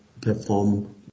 perform